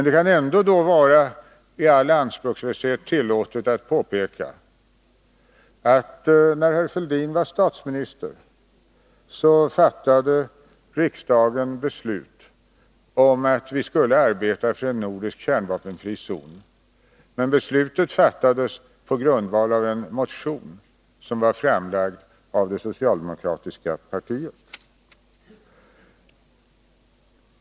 Det kan ändå vara tillåtet att i all anspråkslöshet påpeka, att när herr Fälldin var statsminister, fattade riksdagen beslut om att vi skulle arbeta för en nordisk kärnvapenfri zon men att beslutet fattades på grundval av en motion som var framlagd av det socialdemokratiska partiet.